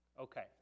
Okay